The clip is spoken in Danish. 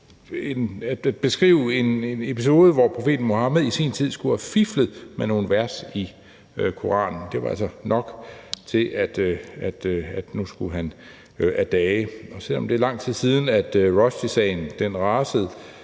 at beskrive en episode, hvor profeten Muhammed i sin tid skulle have fiflet med nogle vers i Koranen, og det var altså nok til, at han nu skulle af dage. Og selv om det er lang tid siden, at Rushdiesagen rasede,